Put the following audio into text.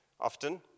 often